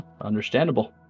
Understandable